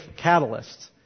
catalysts